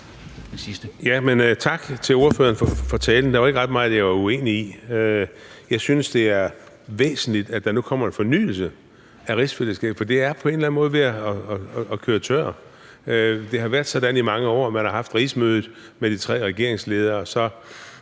Tak til ordføreren for talen. Der var ikke ret meget, jeg var uenig i. Jeg synes, det er væsentligt, at der nu kommer en fornyelse af rigsfællesskabet, for det er på en eller anden måde ved at køre tørt. Det har været sådan i mange år. Man har haft rigsmødet med de tre regeringsledere,